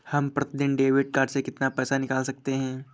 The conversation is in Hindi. हम प्रतिदिन डेबिट कार्ड से कितना पैसा निकाल सकते हैं?